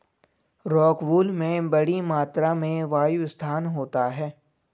rockwool में बड़ी मात्रा में वायु स्थान होता है